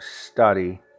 study